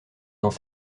dans